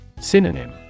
Synonym